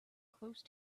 close